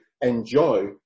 enjoy